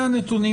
המרכזי.